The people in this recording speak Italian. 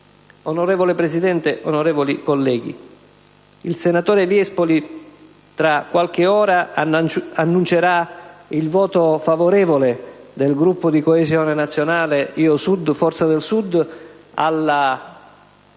Signor Presidente, onorevoli colleghi, il senatore Viespoli tra qualche ora annuncerà il voto favorevole del Gruppo di Coesione Nazionale-Io Sud-Forza del Sud alla questione